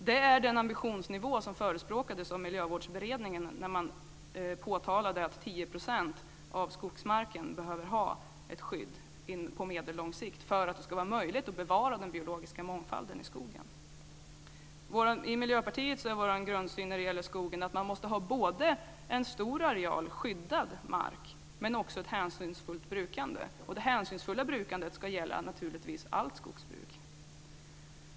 Det är den ambitionsnivå som förespråkades av Miljövårdsberedningen när man påtalade att 10 % av skogsmarken behöver ha ett skydd på meddellång sikt för att det ska vara möjligt att bevara den biologiska mångfalden i skogen. I Miljöpartiet är vår grundsyn när det gäller skogen att man måste ha både en stor areal skyddad mark och även ett hänsynsfullt brukande. Det hänsynsfulla brukandet ska naturligtvis gälla allt skogsbruk.